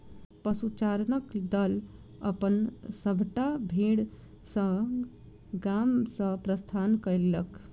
पशुचारणक दल अपन सभटा भेड़ संग गाम सॅ प्रस्थान कएलक